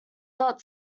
not